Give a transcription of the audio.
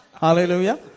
Hallelujah